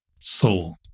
soul